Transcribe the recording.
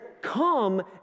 come